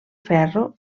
ferro